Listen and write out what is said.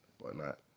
whatnot